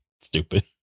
stupid